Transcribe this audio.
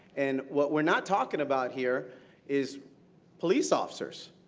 and what we're not talking about here is police officers.